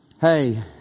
Hey